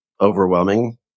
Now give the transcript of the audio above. overwhelming